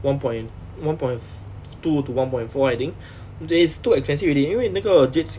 one point one point fo~ two to one point four I think it's too expensive already 因为那个 jade